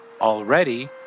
already